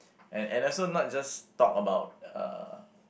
and and also not just talk about uh